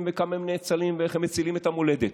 וכמה הם נאצלים ואיך הם מצילים את המולדת,